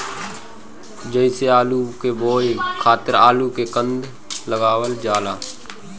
जइसे आलू के बोए खातिर आलू के कंद लगावल जाला